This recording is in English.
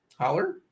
Holler